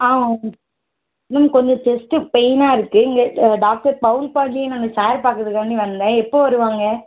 ஆ okay ma'am கொஞ்சம் chest பெய்னாக இருக்குது இங்கே டாக்டர் பவுன் பாண்டியன் அந்த சாரை பார்க்குறதுக்காண்டி வந்தேன் எப்போது வருவாங்க